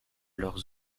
leurs